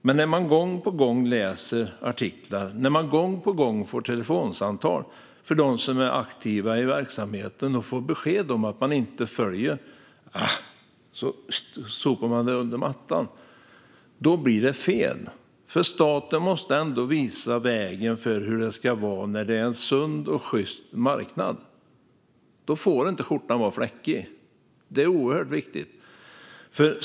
Men när man gång på gång läser artiklar och gång på gång får telefonsamtal från dem som är aktiva i verksamheten och får besked om att man inte följer lagstiftningen och sedan sopar det under mattan blir det fel, för staten måste visa vägen för hur det ska vara när det är en sund och sjyst marknad. Då får skjortan inte vara fläckig. Detta är oerhört viktigt.